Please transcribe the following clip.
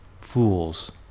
fools